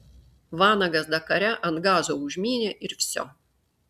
vanagas dakare ant gazo užmynė ir vsio